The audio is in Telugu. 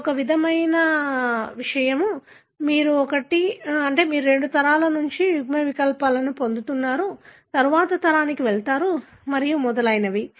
ఇది ఒక రకమైన విషయం మీరు ఒక ఆ మీరు రెండు తరాల నుండి యుగ్మ వికల్పాలు పొందుతున్నారు తరువాతి తరానికి వెళతారు మరియు మొదలైనవి